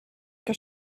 que